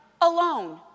alone